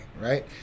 right